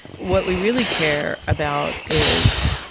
what we really care about is,